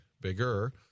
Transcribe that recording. bigger